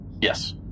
yes